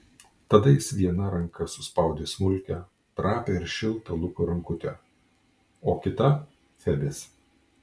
tada jis viena ranka suspaudė smulkią trapią ir šiltą luko rankutę o kita febės